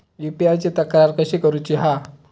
UPI ची तक्रार कशी करुची हा?